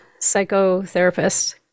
psychotherapist